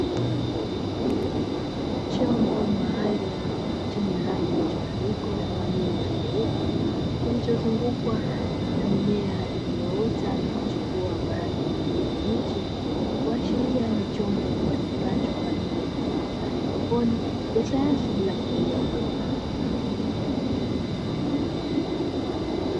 Chombo maalumu chenye rangi mchanganyiko ya buluu na nyeupe kilichozungumzwa na mimea iliyoota na kuchipua kwa rangi ya kijani kibichi, kuashiria ni chombo kitumikacho kwa kilimo cha haidroponi ya sayansi bila kutumia udongo.